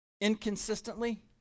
inconsistently